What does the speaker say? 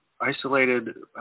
isolated